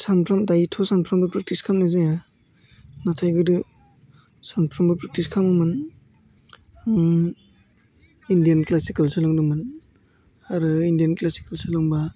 सानफ्राम दायोथ' सानफ्रामबो प्रेक्टिस खालामनाय जायो नाथाय गोदो सानफ्रामबो प्रेक्टिस खालामोमोन इण्डियान क्लासिकेल सोलोंदोंमोन आरो इण्डियान क्लासिकेल सोलोंबा